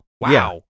Wow